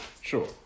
Sure